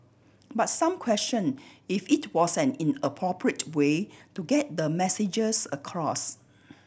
but some question if it was an in appropriate way to get the messages across